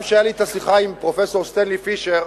גם כשהיתה לי השיחה עם פרופסור סטנלי פישר,